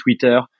twitter